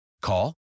Call